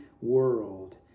world